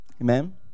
Amen